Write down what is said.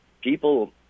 people